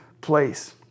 place